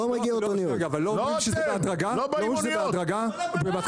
כי מספנות- -- ואף